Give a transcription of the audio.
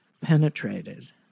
penetrated